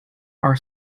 our